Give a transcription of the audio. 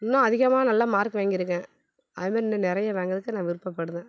இன்னும் அதிகமாக நல்லா மார்க் வாங்கியிருக்கேன் அது மாரி இன்னும் நிறைய வாங்கிறதுக்கு நான் விருப்பப்படுறேன்